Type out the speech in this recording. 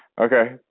okay